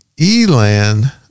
Elan